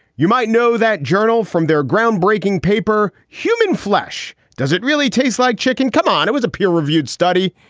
you might know that journal from their groundbreaking paper. human flesh. does it really tastes like chicken? come on. it was a peer reviewed study.